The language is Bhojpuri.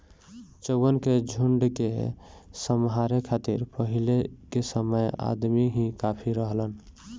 चउवन के झुंड के सम्हारे खातिर पहिले के समय अदमी ही काफी रहलन